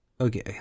okay